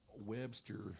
Webster